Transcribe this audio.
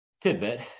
tidbit